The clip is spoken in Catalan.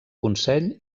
consell